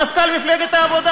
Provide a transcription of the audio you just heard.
מזכ"ל מפלגת העבודה,